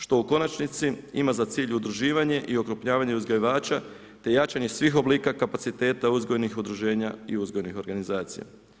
Što u konačnici ima za cilj udruživanje i okrupljavanje uzgajivača, te jačanje, svih oblika kapaciteta uzgojnih udruženja i uzgojnih organizacija.